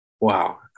Wow